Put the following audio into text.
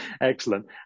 excellent